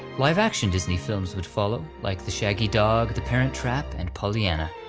live action disney films would follow, like the shaggy dog, the parent trap, and pollyanna,